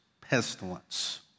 pestilence